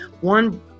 One